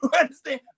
understand